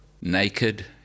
Naked